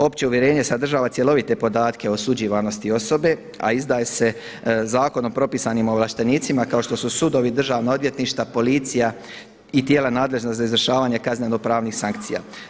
Opće uvjerenje sadržava cjelovite podatke o osuđivanosti osobe, a izdaje se Zakon o propisanim ovlaštenicima kao što su sudovi, Državna odvjetništva, policija i tijela nadležna za izvršavanje kazneno-pravnih sankcija.